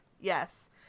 Yes